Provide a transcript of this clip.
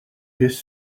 his